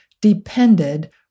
depended